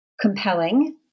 compelling